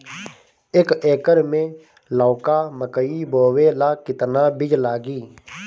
एक एकर मे लौका मकई बोवे ला कितना बिज लागी?